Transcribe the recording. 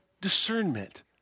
discernment